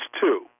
two